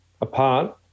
apart